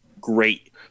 great